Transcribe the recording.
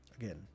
again